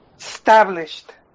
established